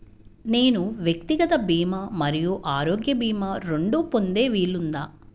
నేను వ్యక్తిగత భీమా మరియు ఆరోగ్య భీమా రెండు పొందే వీలుందా?